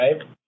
right